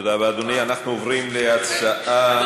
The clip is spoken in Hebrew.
אנחנו עוברים להצעה לסדר,